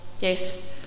yes